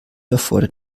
erfordert